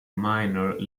minor